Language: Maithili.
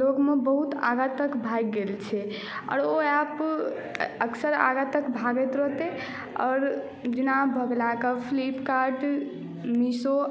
लोकमे बहुत आगाँ तक भागि गेल छै आओर ओ एप्प अक्सर आगाँतक भागैत रहतै आओर जेना भऽ गेल अहाँकेँ फ्लिपकार्ट मीशो